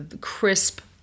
crisp